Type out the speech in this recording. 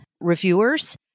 reviewers